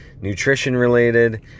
nutrition-related